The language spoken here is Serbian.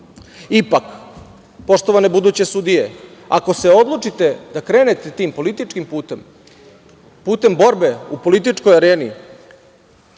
vlast. Ipak, poštovane buduće sudije, ako se odlučite da krenete tim političkim putem, putem borbe u političkoj areni,